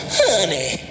honey